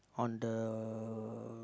on the